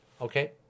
okay